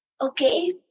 Okay